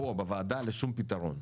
בוועדה, לשום פתרון.